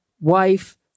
wife